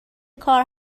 کار